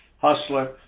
hustler